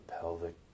pelvic